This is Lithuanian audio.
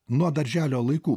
nuo darželio laikų